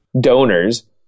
donors